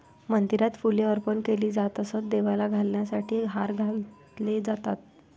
मंदिरात फुले अर्पण केली जात असत, देवाला घालण्यासाठी हार घातले जातात